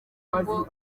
ngo